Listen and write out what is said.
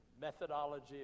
methodology